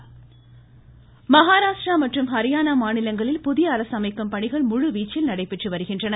மகாராஷ்ட்ரா ஹரியானா மகாராஷ்ட்ரா மற்றும் ஹியானா மாநிலங்களில் புதிய அரசு அமைக்கும் பணிகள் முழுவீச்சில் நடைபெற்று வருகின்றன